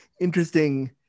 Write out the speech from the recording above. interesting